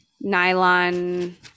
nylon